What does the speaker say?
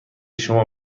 شما